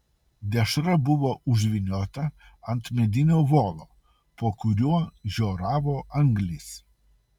dešra buvo užvyniota ant medinio volo po kuriuo žioravo anglys